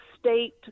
State